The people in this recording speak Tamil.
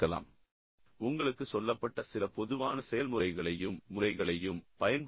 முந்தைய பாடத்திற்குத் திரும்பிச் சென்று உங்களுக்குச் சொல்லப்பட்ட சில பொதுவான செயல்முறைகளையும் முறைகளையும் பயன்படுத்துங்கள்